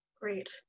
Great